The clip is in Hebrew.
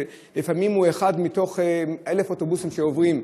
כשלפעמים הוא אחד מ-1,000 אוטובוסים שעוברים,